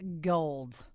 gold